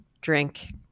drink